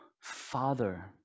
Father